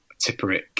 Tipperick